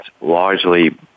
largely